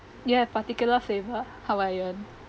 you have particular flavour hawaiian